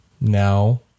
Now